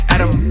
Adam